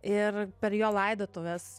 ir per jo laidotuves